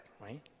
right